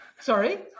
Sorry